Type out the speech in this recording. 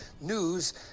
news